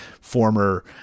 former